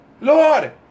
Lord